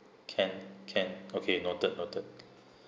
can can okay noted noted